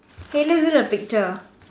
hey let's do the picture